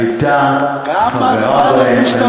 הייתה חברה בהן.